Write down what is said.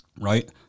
right